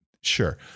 sure